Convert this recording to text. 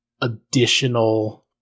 additional